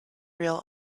real